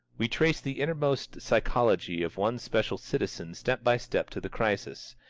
we trace the innermost psychology of one special citizen step by step to the crisis,